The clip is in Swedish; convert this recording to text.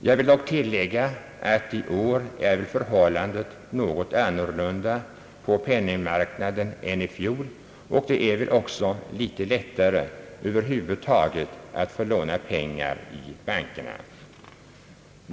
Jag vill dock tillägga att förhållandet på penningmarknaden i år är något annorlunda än i fjol, och det är också litet lättare över huvud taget att få låna pengar i bankerna.